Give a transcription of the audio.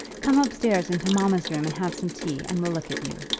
come upstairs into mamma's room and have some tea, and we'll look at you.